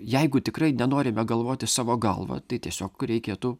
jeigu tikrai nenorime galvoti savo galva tai tiesiog reikėtų